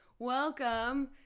Welcome